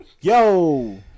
yo